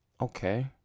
okay